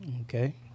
Okay